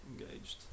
engaged